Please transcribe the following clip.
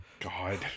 God